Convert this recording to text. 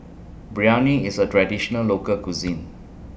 Biryani IS A Traditional Local Cuisine